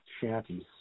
shanties